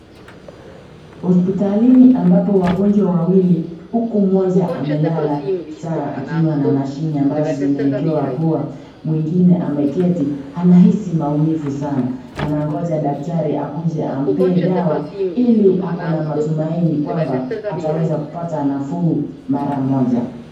Hospitalini ambako wagonjwa wawili huku mmoja amelala sana akiwa na mashine ambazo zimeekewa pua, mwingine ameketi anahaisi maumivu sana, anangoja daktari akuje ampee dawa ili aweze kuamini kwamba ataweza kupata nafuu mara moja.